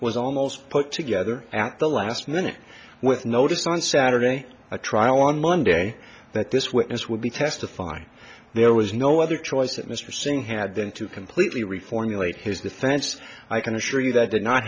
was almost put together at the last minute with notice on saturday a trial on monday that this witness will be testifying there was no other choice that mr singh had then to completely reformulate his defense i can assure you that did not